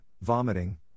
vomiting